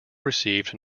received